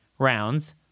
Rounds